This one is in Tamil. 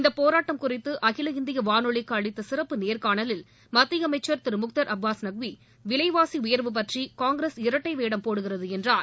இந்த போராட்டம் குறித்து அகில இந்திய வானொலிக்கு அளித்த சிறப்பு நேர்கணாலில் மத்திய அமைச்சர் திரு முக்தார் அபாஸ் நக்வி விலைவாசி உயர்வு பற்றி காங்கிரஸ் இரட்டைவேடம் போடுகிறது என்றார்